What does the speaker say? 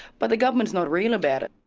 but the government is not real about it.